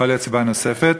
יכולה להיות סיבה נוספת.